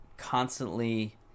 constantly